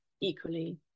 equally